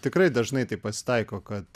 tikrai dažnai taip pasitaiko kad